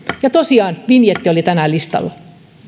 ja tosiaan vinjetti oli tänään listalla